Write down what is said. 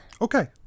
Okay